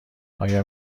آیا